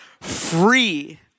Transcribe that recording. free